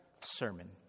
sermon